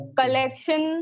collection